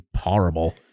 horrible